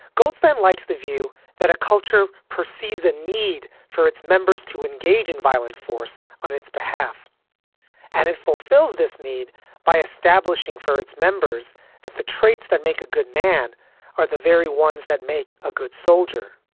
goldstein likes the view that a culture perceives a need for its members to engage in violent force on its behalf and it fulfills this need by establishing for its members that the traits that make a good man are the very ones that make a good soldier.